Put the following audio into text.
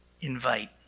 invite